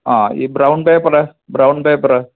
ആ ഈ brown paper brown paper